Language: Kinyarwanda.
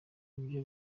ibyo